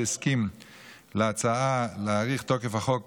שהסכים להצעה להאריך את תוקף החוק